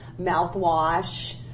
mouthwash